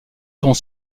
seront